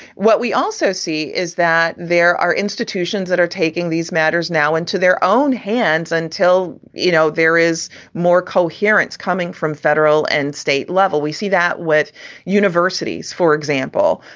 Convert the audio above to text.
what we also see is that there are institutions that are taking these matters now into their own hands until, you know, there is more coherence coming from federal and state level. we see that with universities, for example,